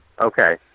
Okay